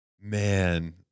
Man